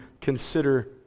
consider